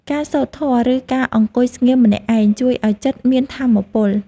ការសូត្រធម៌ ឬការអង្គុយស្ងៀមម្នាក់ឯង ជួយឱ្យចិត្តមានថាមពល។